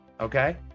okay